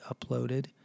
uploaded